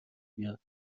بیاد